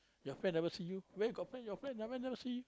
your friend never see you where got friend your friend never never see